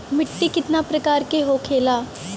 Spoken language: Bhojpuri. मिट्टी कितना प्रकार के होखेला?